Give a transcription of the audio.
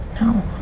No